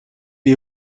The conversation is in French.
est